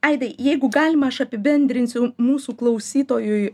aidai jeigu galima aš apibendrinsiu mūsų klausytojui